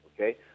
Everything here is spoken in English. Okay